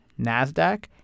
NASDAQ